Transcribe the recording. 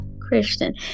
Christian